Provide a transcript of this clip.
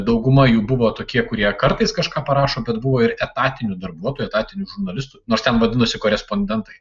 dauguma jų buvo tokie kurie kartais kažką parašo bet buvo ir etatinių darbuotojų etatinių žurnalistų nors ten vadinosi korespondentai